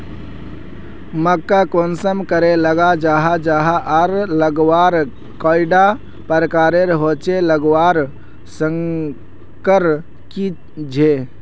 मक्का कुंसम करे लगा जाहा जाहा आर लगवार कैडा प्रकारेर होचे लगवार संगकर की झे?